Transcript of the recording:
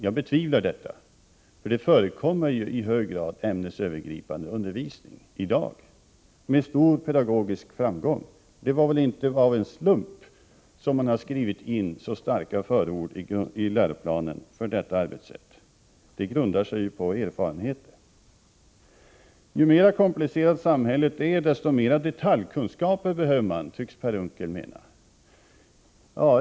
Jag betvivlar detta, för det förekommer ju i dag i hög grad ämnesövergripande undervisning, som bedrivs med stor pedagogisk framgång. Det är väl inte av en slump som man i läroplanen har skrivit in så starka förord för detta arbetssätt. Det grundar sig på erfarenheter. Ju mera komplicerat samhället är, desto mera av detaljkunskaper behöver man, tycks Per Unckel mena.